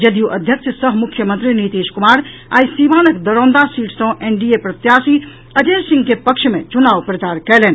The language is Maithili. जदयू अध्यक्ष सह मुख्यमंत्री नीतीश कुमार आई सीवानक दरौंदा सीट सॅ एनडीए के प्रत्याशी अजय सिंह के पक्ष में चुनाव प्रचार कयलनि